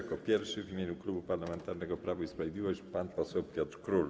Jako pierwszy w imieniu Klubu Parlamentarnego Prawo i Sprawiedliwość wystąpi pan poseł Piotr Król.